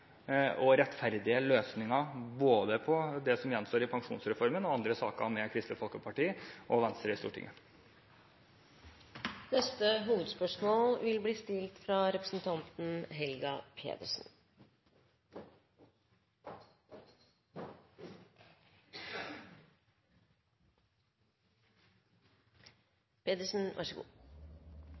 og rettferdige løsninger på både det som gjenstår i pensjonsreformen, og andre saker med Kristelig Folkeparti og Venstre i Stortinget. Da går vi til neste hovedspørsmål.